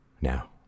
Now